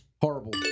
horrible